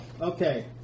Okay